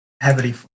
heavily